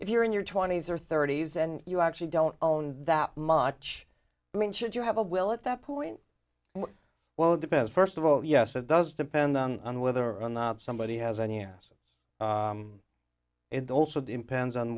if you're in your twenty's or thirty's and you actually don't own that much i mean should you have a will at that point well it depends first of all yes it does depend on whether or not somebody has any assets it also depends on